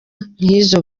nk’izo